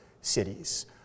cities